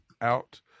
out